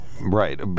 Right